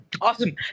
Awesome